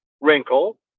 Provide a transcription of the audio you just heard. wrinkle